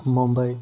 Mumbai